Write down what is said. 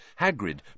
Hagrid